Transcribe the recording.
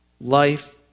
life